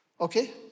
Okay